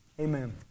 Amen